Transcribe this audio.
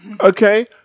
Okay